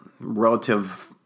relative